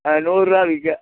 அது நூறுபா விக்கு